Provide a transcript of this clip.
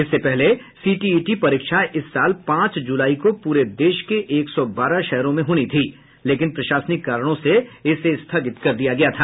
इससे पहले सीटीईटी परीक्षा इस साल पांच जुलाई को पूरे देश के एक सौ बारह शहरों में होनी थी लेकिन प्रशासनिक कारणों से इसे स्थगित कर दिया गया था